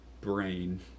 brain